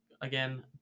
Again